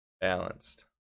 Balanced